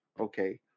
Okay